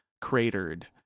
cratered